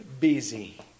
busy